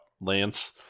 Lance